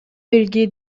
белги